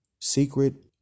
Secret